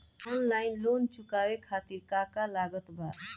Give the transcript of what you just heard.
Online loan चुकावे खातिर का का लागत बा?